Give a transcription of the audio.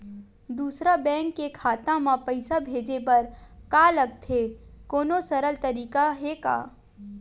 दूसरा बैंक के खाता मा पईसा भेजे बर का लगथे कोनो सरल तरीका हे का?